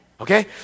Okay